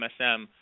MSM